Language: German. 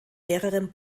mehreren